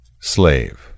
Slave